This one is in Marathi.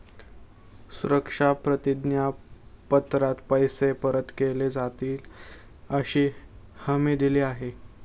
सुरक्षा प्रतिज्ञा पत्रात पैसे परत केले जातीलअशी हमी दिली आहे